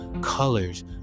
colors